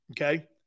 okay